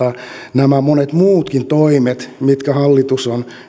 nämä monet muutkin toimet mitkä hallitus on